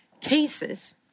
cases